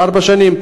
עוד ארבע שנים?